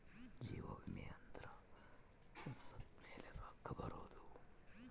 ಜೀವ ವಿಮೆ ಅಂದ್ರ ಸತ್ತ್ಮೆಲೆ ರೊಕ್ಕ ಬರೋದು